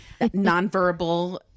nonverbal